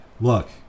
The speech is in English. look